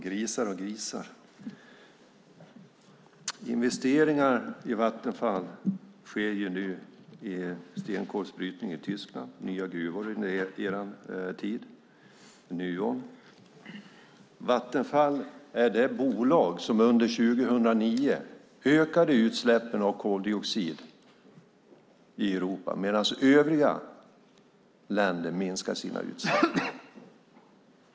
Fru talman! Investeringar sker nu i stenkolsbrytning i Tyskland. Det är nya gruvor under er tid. Vattenfall är det bolag som under 2009 ökade utsläppen av koldioxid i Europa medan övriga minskade sina utsläpp.